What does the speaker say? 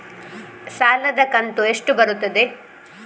ಸಾಲದ ಕಂತು ಎಷ್ಟು ಬರುತ್ತದೆ?